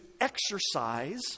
exercise